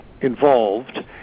involved